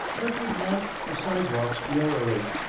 kirkwood watched the sidewalks narrowly,